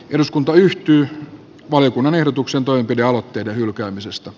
eduskunta yhtyi valiokunnan ehdotuksen toimenpidealoitteen hylkäämisestä